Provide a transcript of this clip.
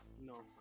No